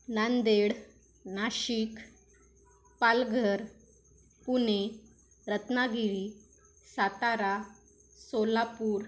Nanded Nashik Palghar Pune Ratnagiri Satara Solapur